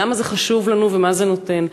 למה זה חשוב לנו ומה זה נותן?